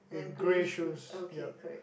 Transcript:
with grey shoes yup